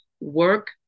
Work